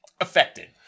Affected